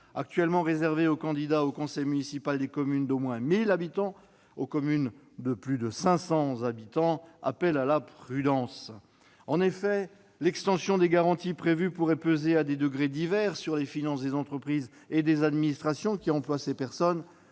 actuellement réservé aux candidats des conseils municipaux des communes d'au moins 1 000 habitants, aux communes de plus de 500 habitants, appelle à la prudence. En effet, l'extension des garanties prévues pourrait peser, à des degrés divers, sur les finances des entreprises et des administrations qui emploient ces personnes.